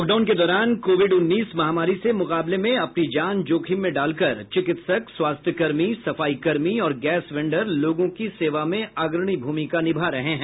lockdown के दौरान covid उन्नीस महामारी से मुकाबले में अपनी जान जोखिम में डालकर चिकित्सक स्वास्थ्य कर्मी सफाई कर्मी और गैस वेंडर लोगों की सेवा में अग्रणी भूमिका निभा रहे हैं